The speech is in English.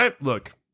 Look